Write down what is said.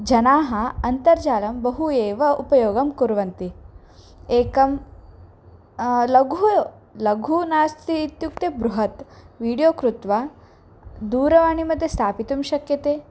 जनाः अन्तर्जालं बहु एव उपयोगं कुर्वन्ति एकं लघु लघु नास्ति इत्युक्ते बृहत् वीडियो कृत्वा दूरवाणीमध्ये स्थापयितुं शक्यते